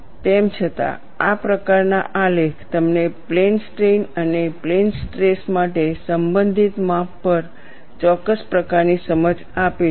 તેમ છતાં આ પ્રકારના આલેખ તમને પ્લેન સ્ટ્રેઈન અને પ્લેન સ્ટ્રેસ માટે સંબંધિત માપો પર ચોક્કસ પ્રકારની સમજ આપે છે